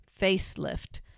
facelift